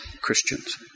Christians